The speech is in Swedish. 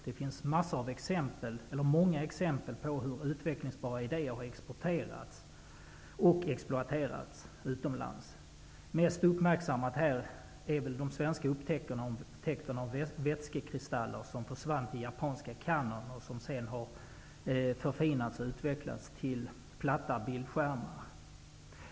Det finns massor av exempel på hur utvecklingsbara idéer har exporterats och exploaterats utomlands. Mest uppmärksammat är väl de svenska upptäckterna av vätskekristaller som försvann i japanska Canon och som sedan har förfinats och utvecklats till platta bildskärmar.